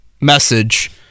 message